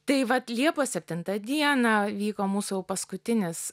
tai vat liepos septintą dieną vyko mūsų jau paskutinis